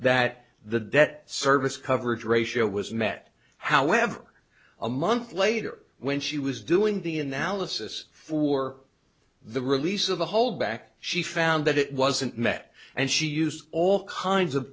that the debt service coverage ratio was met however a month later when she was doing the analysis for the release of the holdback she found that it wasn't met and she used all kinds of